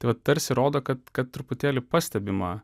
tai vat tarsi rodo kad kad truputėlį pastebima